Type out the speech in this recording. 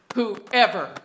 Whoever